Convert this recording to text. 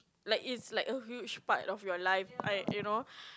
like it's like a huge part of your life I you know